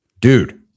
Dude